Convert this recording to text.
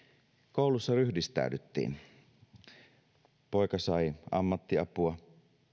koulussa ryhdistäydyttiin poika sai ammattiapua